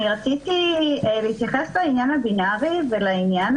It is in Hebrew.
אני רציתי להתייחס לעניין הבינארי ולעניין